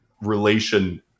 relation